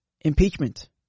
impeachment